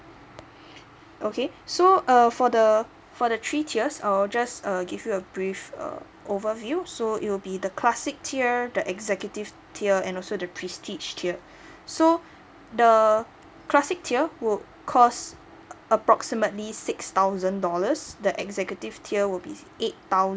okay so uh for the for the three tiers I'll just err give you a brief uh overview so it will be the classic tier the executive tier and also the prestige tier so the classic tier would cost approximately six thousand dollars the executive tier will be eight thousand